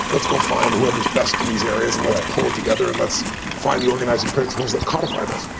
let's go find whoever is best in these areas, and let's pull it together. and let's find the organizing principles that codify this.